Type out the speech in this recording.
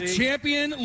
champion